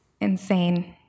Insane